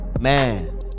Man